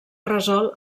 resolt